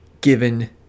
given